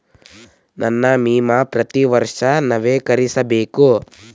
ನನ್ನ ವಿಮಾ ಪ್ರತಿ ವರ್ಷಾ ನವೇಕರಿಸಬೇಕಾ?